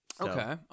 okay